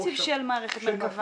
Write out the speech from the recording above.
לא התקציב של מערכת מרכב"ה.